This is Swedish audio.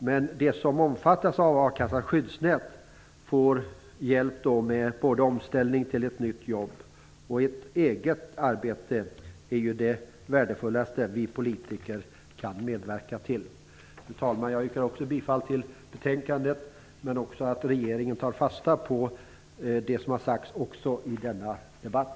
Men de som omfattas av a-kassa som skyddsnät behöver hjälp med omställning till ett nytt jobb, och ett eget arbete är ju det värdefullaste som vi politiker kan medverka till. Fru talman! Jag yrkar bifall till hemställan i betänkandet. Men jag uppmanar också regeringen att ta fasta på det som har sagts i denna debatt.